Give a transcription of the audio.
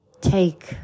take